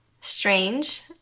strange